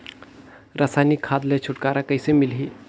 रसायनिक खाद ले छुटकारा कइसे मिलही?